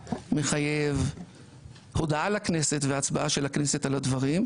מחייב הודעה לכנסת והצבעה של הכנסת על הדברים.